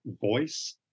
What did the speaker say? voice